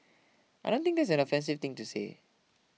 I don't think that's an offensive thing to say